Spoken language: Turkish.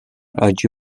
acı